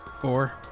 Four